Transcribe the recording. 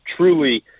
truly